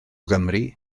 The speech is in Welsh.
gymru